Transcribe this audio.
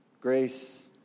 grace